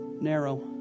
Narrow